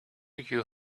you